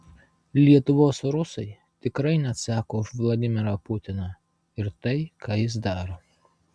lietuvos rusai tikrai neatsako už vladimirą putiną ir tai ką jis daro